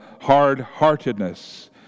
hard-heartedness